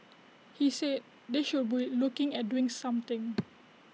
he said they should be looking at doing something